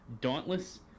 dauntless